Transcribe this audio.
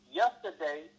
yesterday